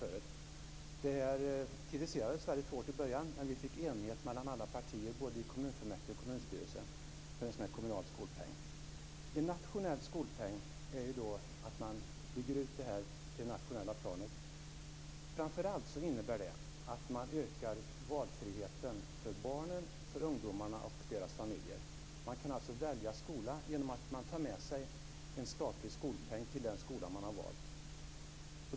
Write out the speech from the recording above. Skolpengen kritiserades väldigt hårt i början. Men vi fick enighet mellan alla partier både i kommunfullmäktige och kommunstyrelse för en kommunal skolpeng. En nationell skolpeng innebär att man bygger ut systemet till det nationella planet. Det innebär framför allt att man ökar valfriheten för barnen, för ungdomarna och för deras familjer. Man kan alltså välja skola genom att man tar med sig en statlig skolpeng till den skola man har valt.